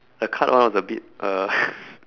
the card one with the bit